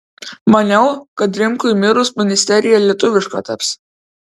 maniau kad rimkui mirus ministerija lietuviška taps